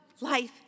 life